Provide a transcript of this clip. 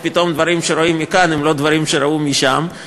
איך פתאום דברים שרואים מכאן הם לא דברים שראו משם,